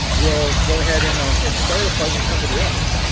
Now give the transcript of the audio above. will go ahead and um and start a fight with somebody else.